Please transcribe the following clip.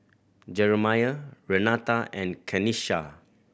Jeramiah Renata and Kenisha